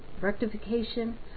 rectification